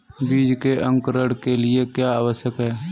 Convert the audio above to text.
बीज के अंकुरण के लिए क्या आवश्यक है?